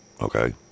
okay